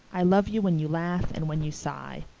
i love you when you laugh and when you sigh.